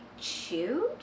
chewed